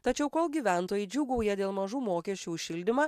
tačiau kol gyventojai džiūgauja dėl mažų mokesčių už šildymą